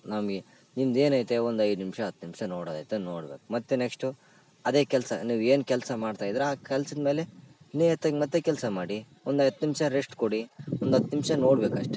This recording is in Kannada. ನಮಗೆ ನಿಮ್ಮದೇನೈತೆ ಒಂದು ಐದು ನಿಮಿಷ ಹತ್ತು ನಿಮಿಷ ನೋಡೋದೈತಾ ನೋಡ್ಬೇಕು ಮತ್ತೆ ನೆಕ್ಷ್ಟು ಅದೇ ಕೆಲಸ ನೀವು ಏನು ಕೆಲಸ ಮಾಡ್ತಾ ಇದ್ದೀರ ಆ ಕೆಲ್ಸದ ಮೇಲೆ ನಿಯತ್ತಾಗಿ ಮತ್ತೆ ಕೆಲಸ ಮಾಡಿ ಒಂದು ಹತ್ತು ನಿಮಿಷ ರೆಸ್ಟ್ ಕೊಡಿ ಒಂದು ಹತ್ತು ನಿಮಿಷ ನೋಡ್ಬೇಕು ಅಷ್ಟೇ